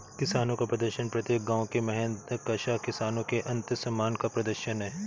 किसानों का प्रदर्शन प्रत्येक गांव के मेहनतकश किसानों के आत्मसम्मान का प्रदर्शन है